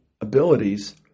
abilities